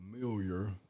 familiar